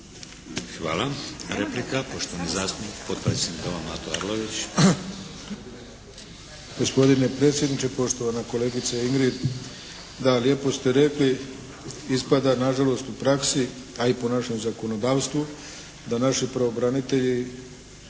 Hvala. Replika poštovani zastupnik potpredsjednik doma Mato Arlović. **Arlović, Mato (SDP)** Gospodine predsjedniče. Poštovana kolegice Ingrid, da lijepo ste rekli. Ispada nažalost u praksi a i po našem zakonodavstvu da naši pravobranitelji